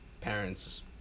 parents